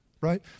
right